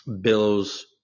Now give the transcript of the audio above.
bills